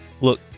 Look